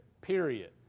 Period